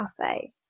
cafe